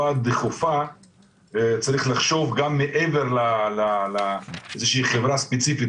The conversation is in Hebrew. שברפואה דחופה צריך לחשוב גם מעבר לאיזושהי חברה ספציפית,